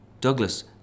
Douglas